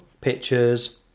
pictures